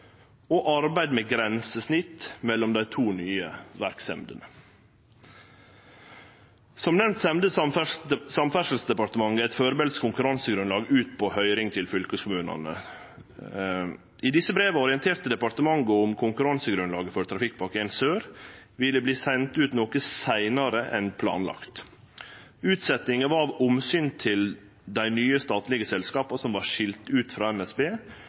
og arbeid med grensesnitt mellom dei to nye verksemdene. Som nemnt sende Samferdselsdepartementet eit førebels konkurransegrunnlag ut på høyring til fylkeskommunane. I desse breva orienterte departementet om at konkurransegrunnlaget for Trafikkpakke l Sør ville verte sendt ut noko seinare enn planlagt. Utsetjinga var av omsyn til at dei nye statlege selskapa som var skilde ut frå NSB,